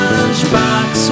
Lunchbox